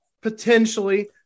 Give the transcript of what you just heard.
Potentially